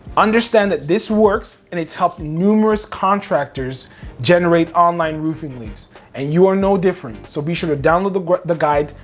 understand that this works, and it's helped numerous contractors generate online roofing leads and you are no different. so be sure to download the the guide,